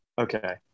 Okay